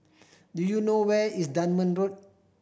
do you know where is Dunman Road